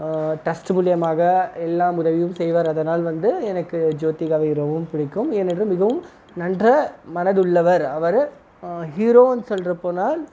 trust மூலியமாக எல்லாம் உதவியும் செய்வார் அதனால் வந்து எனக்கு ஜோதிகாவை ரொம்பவும் பிடிக்கும் ஏனென்றால் மிகவும் நன்ற மனதுள்ளவர் அவர் ஹீரோன்னு சொல்கிறப் போனால்